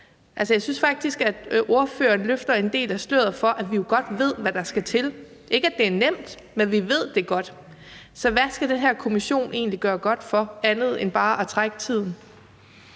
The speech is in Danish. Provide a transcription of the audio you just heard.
Jeg synes faktisk, at ordføreren løfter en del af sløret for, at vi jo godt ved, hvad der skal til – jeg siger ikke, at det er nemt, men vi ved det godt. Så hvad skal den her kommission egentlig gøre godt for andet end bare at trække tiden?